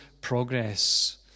Progress